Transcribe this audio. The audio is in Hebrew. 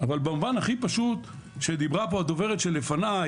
אבל במובן הכי פשוט שדיברה פה הדוברת שלפניי,